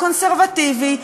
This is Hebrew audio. הקונסרבטיבי,